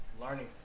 learning